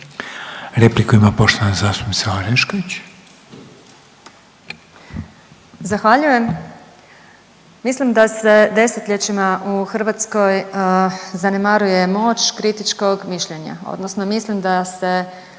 s imenom i prezimenom)** Zahvaljujem. Mislim da se desetljećima u Hrvatskoj zanemaruje moć kritičkog mišljenja, odnosno mislim da se